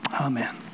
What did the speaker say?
Amen